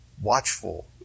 watchful